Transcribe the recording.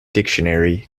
dictionary